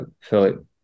Philip